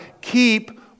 Keep